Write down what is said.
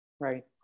Right